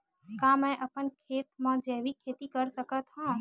का मैं अपन खेत म जैविक खेती कर सकत हंव?